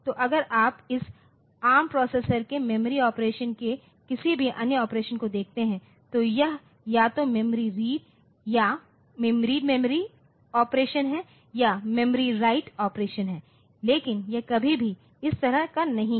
तो अगर आप इस एआरएम प्रोसेसर के मेमोरी ऑपरेशन के किसी भी अन्य ऑपरेशन को देखते हैं तो यह या तो मेमोरी रीड ऑपरेशन है या मेमोरी राइट ऑपरेशन है लेकिन यह कभी भी इस तरह का नहीं है